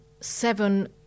seven